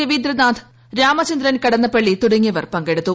രവീന്ദ്രനാഥ് രാമചന്ദ്രൻ കടന്നപ്പള്ളി തുടങ്ങിയവർ പങ്കെടുത്തു